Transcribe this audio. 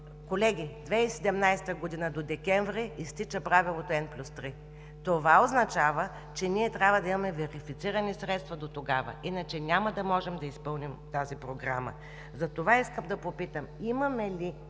Колеги, 2017 г. до месец декември изтича правилото N+3. Това означава, че ние трябва да имаме верифицирани средства до тогава, иначе няма да можем да изпълним тази програма. Затова искам да попитам: имаме ли